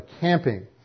camping